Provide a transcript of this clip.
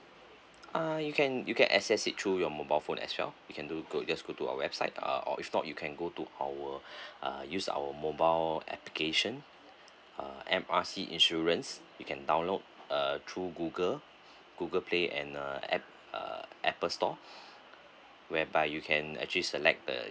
ah you can you can access it through your mobile phone as well you can do just go to our website uh or if not you can go to our uh use our mobile application uh M_R_C insurance you can download uh through google google play and uh app uh apple store whereby you can actually select